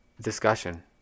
discussion